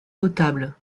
notables